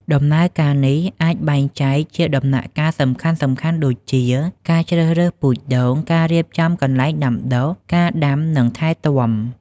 ដំណើរការនេះអាចបែងចែកជាដំណាក់កាលសំខាន់ៗដូចជា ការជ្រើសរើសពូជដូង ការរៀបចំកន្លែងដាំដុះ ការដាំ និងថែទាំ។